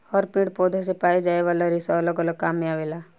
हर पेड़ पौधन से पाए जाये वाला रेसा अलग अलग काम मे आवेला